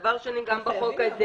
דבר שני, גם בחוק הזה